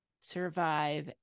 survive